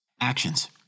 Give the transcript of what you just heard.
Actions